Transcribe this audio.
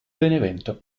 benevento